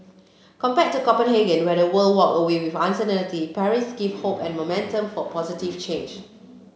compared to Copenhagen where the world walked away with uncertainty Paris gave hope and momentum for positive change